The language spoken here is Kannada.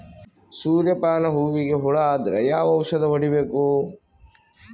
ಸೂರ್ಯ ಪಾನ ಹೂವಿಗೆ ಹುಳ ಆದ್ರ ಯಾವ ಔಷದ ಹೊಡಿಬೇಕು?